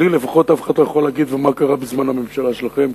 לי לפחות אף אחד לא יכול להגיד: ומה קרה בזמן הממשלה שלכם,